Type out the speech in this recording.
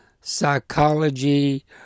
psychology